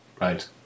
Right